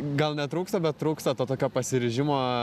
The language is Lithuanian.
gal netrūksta bet trūksta to tokio pasiryžimo